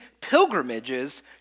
pilgrimages